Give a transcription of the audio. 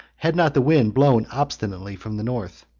had not the wind blown obstinately from the north.